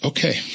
Okay